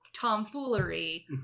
tomfoolery